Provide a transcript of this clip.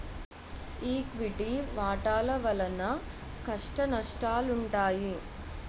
equity వాటాల వలన కష్టనష్టాలుంటాయి